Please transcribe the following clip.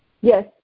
Yes